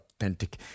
authentic